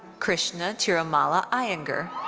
crishna tirumala iyengar.